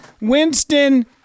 Winston